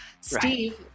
Steve